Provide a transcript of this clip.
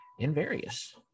InVarious